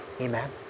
amen